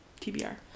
TBR